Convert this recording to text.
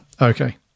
Okay